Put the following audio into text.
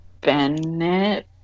Bennett